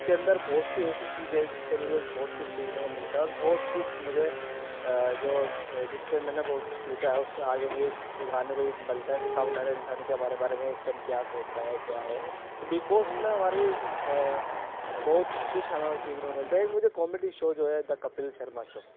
کے اندر بہت سی ایسی چیزیں ہیں جس سے مجھے بہت کچھ سیکھنے کو ملتا ہے اور بہت کچھ مجھے جو جس سے میں نے بہت کچھ سیکھا ہے اس سے آگے مجھے سکھانے کو بھی ملتا ہے کہ سامنے والے انسان کے ہمارے بارے میں اس ٹائم کیا سوچ رہا ہے کیا ہے تو بگ بوس میں ہمارے بہت کچھ ہمیں سیکھنے کو ملتا ہے ایک مجھے کامیڈی شو جو ہے دا کپل شرما شو